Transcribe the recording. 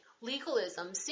Legalism